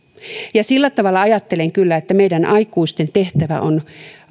sillä tavalla ajattelen kyllä että meidän aikuisten tehtävä on